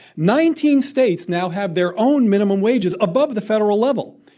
nineteen states now have their own minimum wages above the federal level.